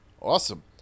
awesome